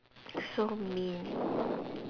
so mean